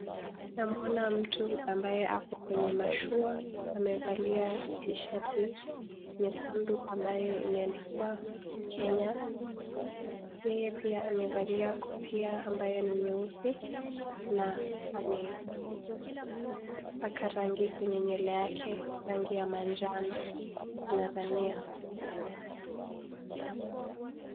Naona mtu ako kwenye mashua amevalia tsheti nyekundu ambaye imeandikwa Kenya yyeh pia amevalia kofia ambaye ni nyeusi na amepaka rangi kwenye nywele yake rangi ya manjano nadhania.